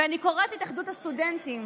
ואני קוראת להתאחדות הסטודנטים,